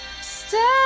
Stay